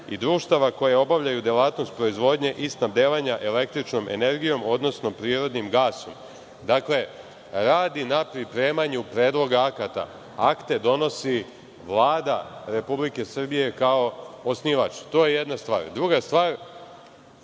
i društava koja obavljaju delatnost proizvodnje i snabdevanja električnom energijom, odnosno prirodnim gasom. Dakle, radi na pripremanju predloga akata, a akte donosi Vlada Republike Srbije kao osnivač. To je jedna stvar. Druga stvar,